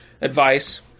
advice